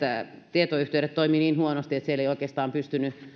tietoyhteydet toimivat niin huonosti että siellä ei oikeastaan pystynyt